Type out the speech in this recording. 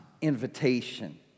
invitation